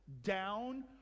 down